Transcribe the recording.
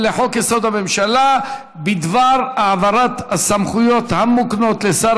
לחוק-יסוד: הממשלה בדבר העברת הסמכויות המוקנות לשר